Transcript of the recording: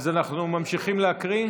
אנחנו ממשיכים להקריא.